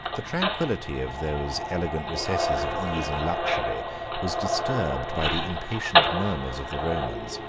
the tranquility of those elegant recesses of ease and luxury was disturbed by the impatient murmurs of the romans,